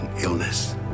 illness